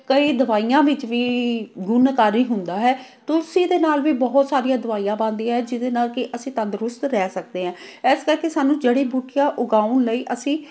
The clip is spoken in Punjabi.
ਕਈ ਦਵਾਈਆਂ ਵਿੱਚ ਵੀ ਗੁਣਕਾਰੀ ਹੁੰਦਾ ਹੈ ਤੁਲਸੀ ਦੇ ਨਾਲ ਵੀ ਬਹੁਤ ਸਾਰੀਆਂ ਦਵਾਈਆਂ ਬਣਦੀਆਂ ਜਿਹਦੇ ਨਾਲ ਕਿ ਅਸੀਂ ਤੰਦਰੁਸਤ ਰਹਿ ਸਕਦੇ ਹਾਂ ਇਸ ਕਰਕੇ ਸਾਨੂੰ ਜੜੀ ਬੂਟੀਆਂ ਉਗਾਉਣ ਲਈ ਅਸੀਂ